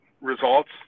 results